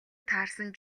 таарсан